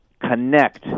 connect